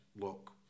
look